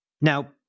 Now